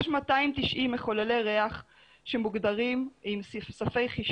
יש 290 מחוללי ריח שמוגדרים עם ספי ריח